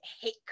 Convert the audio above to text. hate